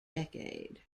decade